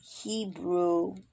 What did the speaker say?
Hebrew